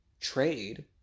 Trade